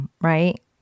right